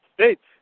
States